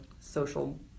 social